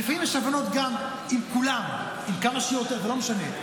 לפעמים יש הבנות עם כולם, עם כמה שיותר, לא משנה.